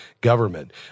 government